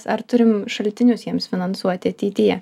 ar turim šaltinius jiems finansuoti ateityje